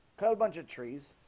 cut a bunch of trees